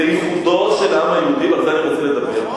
זה ייחודו של העם היהודי, ועל זה אני רוצה לדבר.